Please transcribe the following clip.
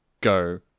go